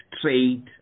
trade